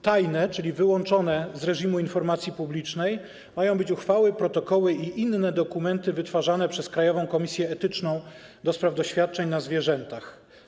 Tajne, czyli wyłączone z reżimu informacji publicznej, mają być uchwały, protokoły i inne dokumenty wytwarzane przez Krajową Komisję Etyczną do Spraw Doświadczeń na Zwierzętach.